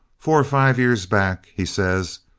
four or five years back he says,